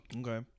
Okay